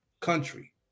Country